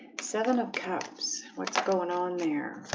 seven of cups what's going on there?